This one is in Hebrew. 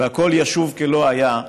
והכול ישוב כלא היה",